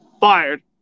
fired